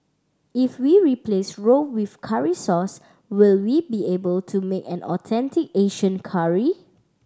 if we replace roux with curry sauce will we be able to make an authentic Asian curry